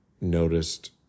noticed